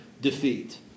defeat